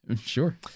Sure